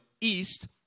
east